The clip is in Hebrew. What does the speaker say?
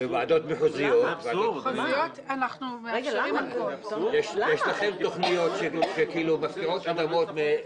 בוועודת מקומיות מחתימים אנשים ברשימה.